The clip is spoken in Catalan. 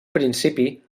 principi